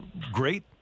great